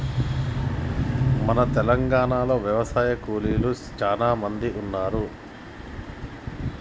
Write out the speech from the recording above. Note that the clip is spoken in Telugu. మన తెలంగాణలో యవశాయ కూలీలు సానా మంది ఉన్నారు